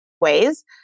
ways